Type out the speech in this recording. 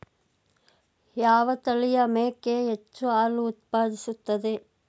ಯಾವ ತಳಿಯ ಮೇಕೆ ಹೆಚ್ಚು ಹಾಲು ಉತ್ಪಾದಿಸುತ್ತದೆ?